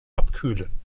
abkühlen